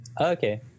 Okay